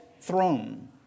throne